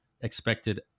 expected